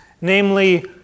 namely